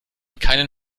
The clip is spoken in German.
keinen